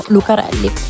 Lucarelli